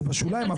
זה בשוליים.